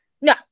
No